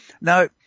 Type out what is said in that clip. Now